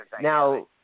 Now